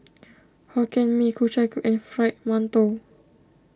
Hokkien Mee Ku Chai Ku and Fried Mantou